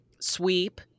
sweep